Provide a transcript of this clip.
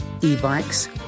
e-bikes